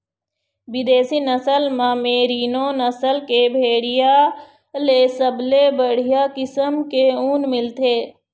बिदेशी नसल म मेरीनो नसल के भेड़िया ले सबले बड़िहा किसम के ऊन मिलथे